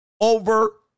over